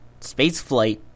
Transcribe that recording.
spaceflight